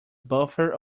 buffer